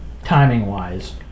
Timing-wise